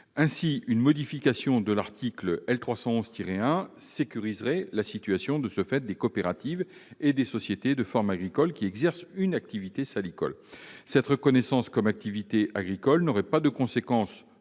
311-1 du code rural et de la pêche maritime sécuriserait la situation de fait des coopératives et des sociétés de forme agricole exerçant une activité salicole. Cette reconnaissance comme activité agricole n'aurait pas de conséquence